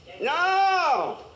No